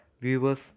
viewers